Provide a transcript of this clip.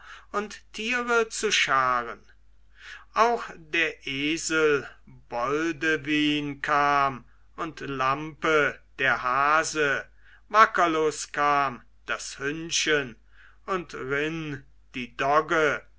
und tiere zu scharen auch der esel boldewyn kam und lampe der hase wackerlos kam das hündchen und ryn die dogge